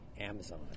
Amazon